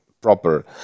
proper